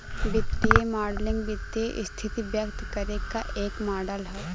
वित्तीय मॉडलिंग वित्तीय स्थिति व्यक्त करे क एक मॉडल हौ